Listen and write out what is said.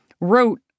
wrote